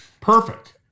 Perfect